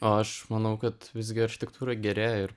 aš manau kad visgi architektūra gerėja ir